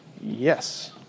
Yes